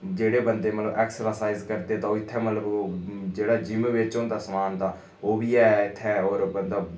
जेह्ड़े बन्दे मतलब ऐक्सरसाइज करदे तां ओह् इत्थै मतलब ओह् जेह्ड़ा जिम बिच्च होंदा समान तां ओह् बी ऐ इत्थै होर बंदा